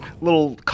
little